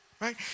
right